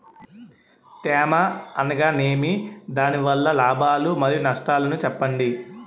తేమ అనగానేమి? దాని వల్ల లాభాలు మరియు నష్టాలను చెప్పండి?